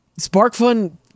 SparkFun